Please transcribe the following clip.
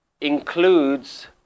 includes